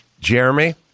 Jeremy